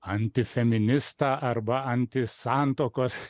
antifeministą arba antisantuokos